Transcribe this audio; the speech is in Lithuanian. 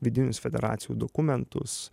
vidinius federacijų dokumentus